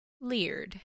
leered